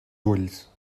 ulls